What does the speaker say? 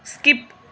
skip